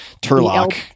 Turlock